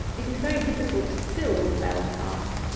it is very difficult to fill the bell-cask,